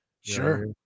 Sure